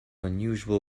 unusual